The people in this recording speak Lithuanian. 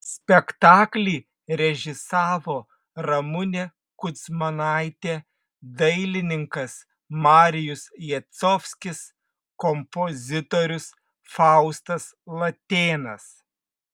spektaklį režisavo ramunė kudzmanaitė dailininkas marijus jacovskis kompozitorius faustas latėnas